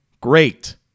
great